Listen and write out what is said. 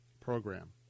program